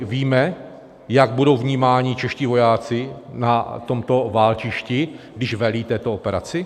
Víme, jak budou vnímáni čeští vojáci na tomto válčišti, když velí této operaci?